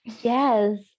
Yes